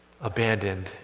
abandoned